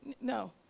no